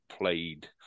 played